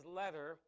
letter